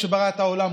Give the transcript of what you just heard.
כשהוא ברא את העולם,